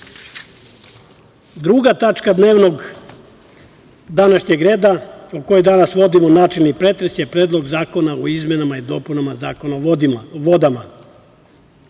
park? Druga tačka današnjeg dnevnog reda, o kojoj danas vodimo načelni pretres, jeste Predlog zakona o izmenama i dopunama Zakona o vodama.